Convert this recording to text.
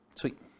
Sweet